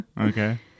okay